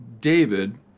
David